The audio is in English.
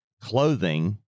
clothing